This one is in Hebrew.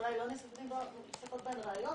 אולי לא נמצאות בהן ראיות